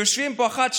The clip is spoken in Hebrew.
יושבים פה אחד,